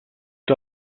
que